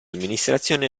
amministrazione